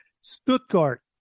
Stuttgart